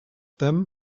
them